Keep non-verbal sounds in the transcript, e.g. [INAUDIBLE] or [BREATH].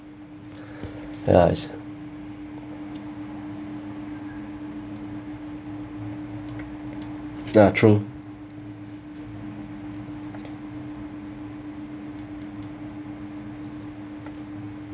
[BREATH] ya ya true